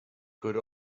could